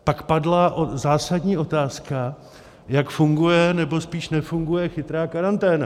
Pak padla zásadní otázka, jak funguje, nebo spíš nefunguje chytrá karanténa.